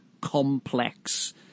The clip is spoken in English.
complex